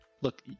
look